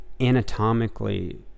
Anatomically